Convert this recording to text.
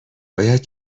باید